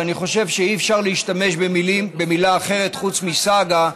ואני חושב שאי-אפשר להשתמש במילה אחרת חוץ מ"סאגה"